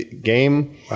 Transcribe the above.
game